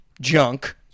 Junk